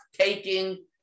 taking